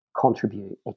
contribute